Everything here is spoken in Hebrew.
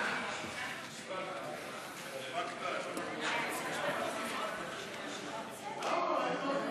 מעמדן של ההסתדרות הציונית העולמית ושל הסוכנות היהודית